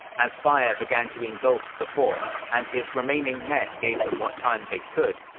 as fire began to engulf the fort and his remaining men gave them what time they could,